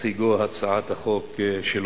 בהציגו את הצעת החוק שלו.